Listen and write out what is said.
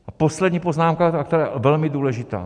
A poslední poznámka a ta je velmi důležitá.